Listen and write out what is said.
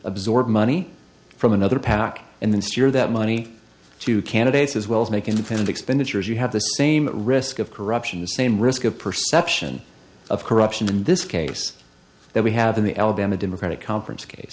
absorb money from another pac and then steer that money to candidates as well as make independent expenditures you have the same risk of corruption the same risk of perception of corruption in this case that we have in the alabama democratic conference case